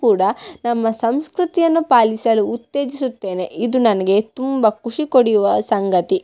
ಕೂಡ ನಮ್ಮ ಸಂಸ್ಕೃತಿಯನ್ನು ಪಾಲಿಸಲು ಉತ್ತೇಜಿಸುತ್ತೇನೆ ಇದು ನನಗೆ ತುಂಬ ಖುಷಿ ಕೊಡಿಯುವ ಸಂಗತಿ